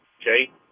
Okay